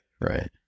Right